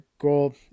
goal